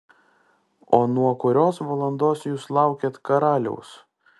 o nuo kurios valandos jūs laukėt karaliaus